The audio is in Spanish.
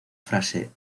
frase